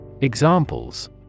Examples